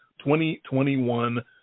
2021